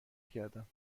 کردم